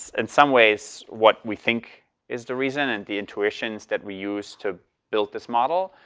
in some ways, what we think is the reason, and the intuitions that we used to build this model.